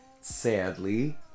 sadly